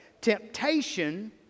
Temptation